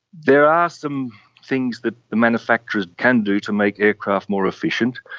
there are some things that the manufacturers can do to make aircraft more efficient.